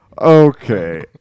Okay